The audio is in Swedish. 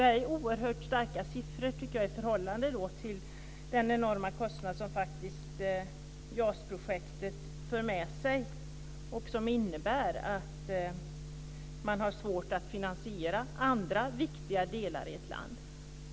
Det här tycker jag är oerhört starka siffror i förhållande till den enorma kostnad som JAS-projektet för med sig och som innebär att man har svårt att finansiera andra viktiga delar i ett land.